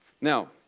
Now